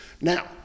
Now